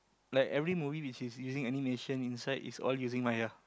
like every movie which is using animation inside it's all using Maya